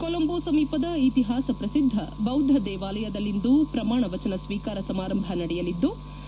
ಕೊಲೊಂಬೊ ಸಮೀಪದ ಇತಿಹಾಸ ಪ್ರಸಿದ್ಧ ಬೌದ್ಧ ದೇವಾಲಯದಲ್ಲಿಂದು ಪ್ರಮಾಣ ವಚನ ಸ್ವೀಕಾರ ಸಮಾರಂಭ ನಡೆಯಲಿದ್ಲು